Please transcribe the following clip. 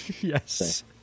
Yes